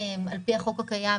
על פי החוק הקיים,